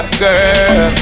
girl